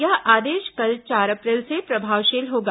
यह आदेश कल चार अप्रैल से प्रभावशील होगा